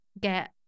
get